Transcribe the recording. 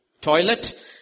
toilet